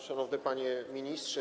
Szanowny Panie Ministrze!